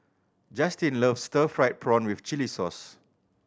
Justyn loves stir fried prawn with chili sauce